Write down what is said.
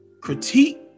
Critique